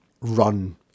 run